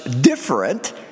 different